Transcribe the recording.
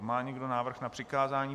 Má někdo návrh na přikázání?